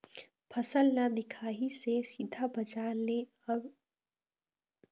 फसल ला दिखाही से सीधा बजार लेय बर सरकार के का योजना आहे?